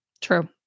True